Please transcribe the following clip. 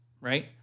right